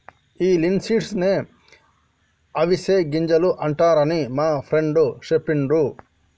ఈ లిన్సీడ్స్ నే అవిసె గింజలు అంటారని మా ఫ్రెండు సెప్పిండు